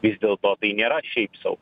vis dėlto tai nėra šiaip sau